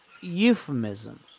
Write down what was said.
euphemisms